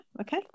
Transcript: Okay